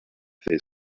they